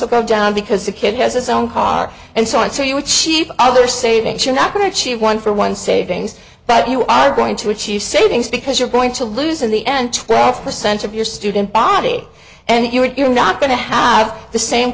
will go down because a kid has his own car and so on so you would she either savings you're not going to choose one for one savings but you are going to achieve savings because you're going to lose in the end twelve percent of your student body and you're not going to have the same